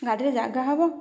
ଗାଡ଼ିରେ ଜାଗା ହେବ